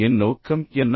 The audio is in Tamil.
என் நோக்கம் என்ன